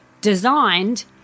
designed